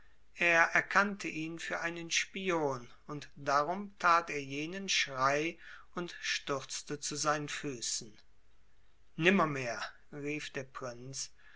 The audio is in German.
er erkannte ihn für einen spion und darum tat er jenen schrei und stürzte zu seinen füßen nimmermehr rief der prinz